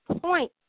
Point